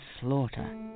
slaughter